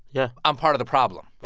yeah i'm part of the problem